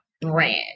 brand